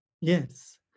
Yes